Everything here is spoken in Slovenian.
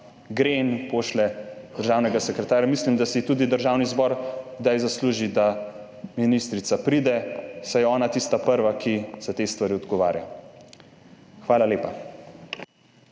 gre in pošlje državnega sekretarja, Mislim, da si tudi Državni zbor daj zasluži, da ministrica pride, saj je ona tista prva, ki za te stvari odgovarja. Hvala lepa.